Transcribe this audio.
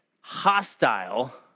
hostile